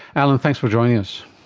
alan, thanks for joining us.